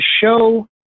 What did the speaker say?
show